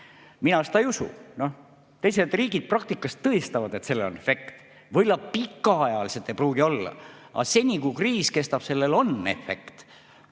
Mina seda ei usu. Teised riigid praktikas tõestavad, et sellel on efekt. Võib‑olla pikaajaliselt ei pruugi olla, aga seni, kuni kriis kestab, sellel on efekt.